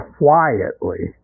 quietly